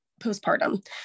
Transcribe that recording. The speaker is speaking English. postpartum